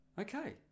Okay